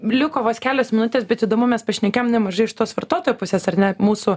liko vos kelios minutės bet įdomu mes pašnekėjom nemažai iš tos vartotojo pusės ar ne mūsų